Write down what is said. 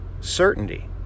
certainty